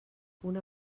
una